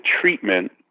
treatment